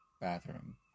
bathroom